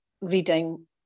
reading